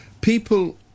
people